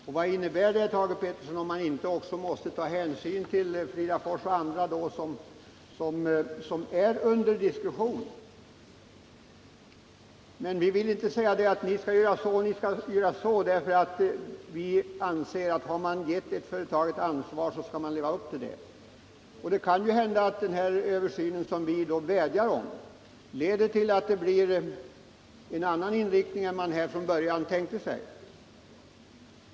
"” Och vad innebär det, Thage Peterson, om man inte också måste ta hänsyn till Fridafors bruk och andra företag som är under diskussion? Men vi vill inte säga till företagen att ni skall göra så och så, för vi anser att har man gett ett företag ett ansvar, skall företaget leva upp till det. Det kan ju hända att den översyn som vi vädjar om leder till att det blir en annan inriktning än man från början tänkte sig.